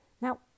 Now